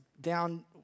down